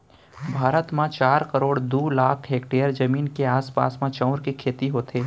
भारत म चार करोड़ दू लाख हेक्टेयर जमीन के आसपास म चाँउर के खेती होथे